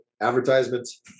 advertisements